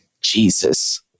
Jesus